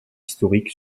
historique